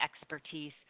expertise